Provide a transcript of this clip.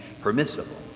permissible